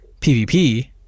PvP